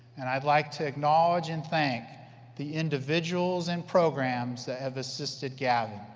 and i'd like to acknowledge and thank the individuals and programs that have assisted gavin.